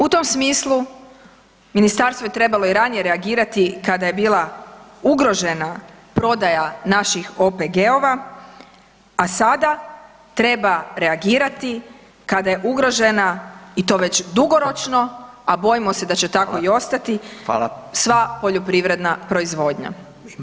U tom smislu ministarstvo je trebalo i ranije reagirati kada je bila ugrožena prodaja naših OPG-ova, a sada treba reagirati kada je ugrožena i to već dugoročno, a bojimo se da će tako i ostati [[Upadica: Hvala.]] sva poljoprivredna proizvodnja.